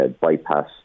bypass